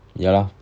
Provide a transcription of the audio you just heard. ya lor